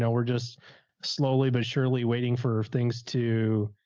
so we're just slowly but surely waiting for things to.